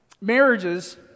Marriages